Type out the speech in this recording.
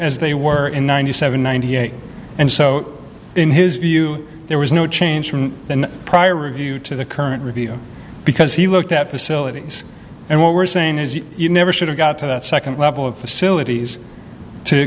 as they were in ninety seven ninety eight and so in his view there was no change from then prior review to the current review because he looked at facilities and what we're saying is you never should have got to that second level of facilities to